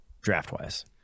draft-wise